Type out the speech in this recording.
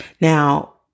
Now